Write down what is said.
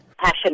passion